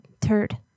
turd